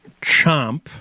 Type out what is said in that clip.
Chomp